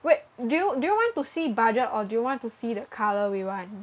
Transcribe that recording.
wait do you do you want to see budget or do you want to see the colour we want